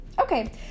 Okay